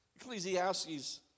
Ecclesiastes